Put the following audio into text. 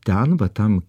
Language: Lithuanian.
ten va tam